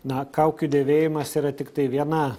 na kaukių dėvėjimas yra tiktai viena